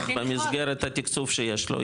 במסגרת התקצוב שיש לו,